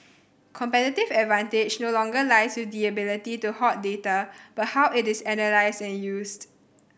competitive advantage no longer lies with the ability to hoard data but how it is analysed and used